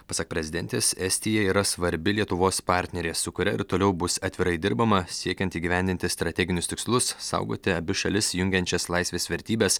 pasak prezidentės estija yra svarbi lietuvos partnerė su kuria ir toliau bus atvirai dirbama siekiant įgyvendinti strateginius tikslus saugoti abi šalis jungiančias laisvės vertybes